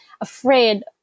afraid